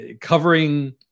covering